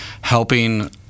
helping